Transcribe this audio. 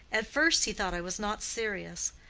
at first he thought i was not serious,